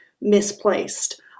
misplaced